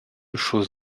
choses